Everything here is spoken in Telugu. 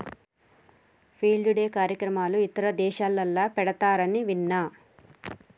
ఫీల్డ్ డే కార్యక్రమాలు ఇతర దేశాలల్ల పెడతారని విన్న